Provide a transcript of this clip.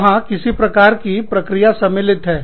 वहां किसी प्रकार की प्रक्रिया सम्मिलित है